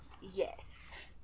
Yes